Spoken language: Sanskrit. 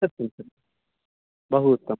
सत्यं सत्यं बहूत्तमम्